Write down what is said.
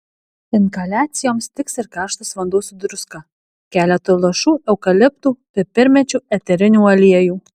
inhaliacijoms tiks ir karštas vanduo su druska keletu lašų eukaliptų pipirmėčių eterinių aliejų